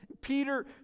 Peter